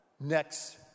next